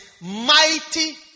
mighty